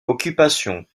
occupation